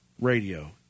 radio